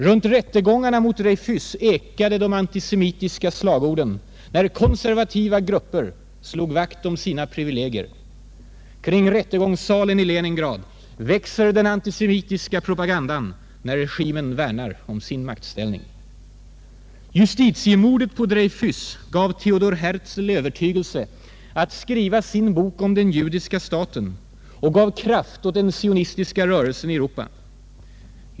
Runt rättegångarna mot Dreyfus ekade de antisemitiska slagorden när konservativa grupper slog vakt om sina privilegier. Kring rätlegångssalen i Leningrad växer den antisemitiska propagandan när regimen värnar om sin maktställning. Justitiemordet på Dreyfus gav Theodore Herzl övertygelse att skriva sin bok om den judiska staten och gav kraft åt den sionistiska rörelsen i Europa.